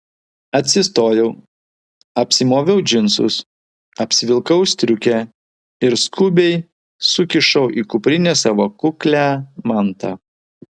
atsistojau apsimoviau džinsus apsivilkau striukę ir skubiai sukišau į kuprinę savo kuklią mantą